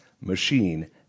machine